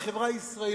קרע בחברה הישראלית,